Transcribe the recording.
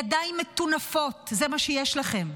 ידיים מטונפות, זה מה שיש לכם.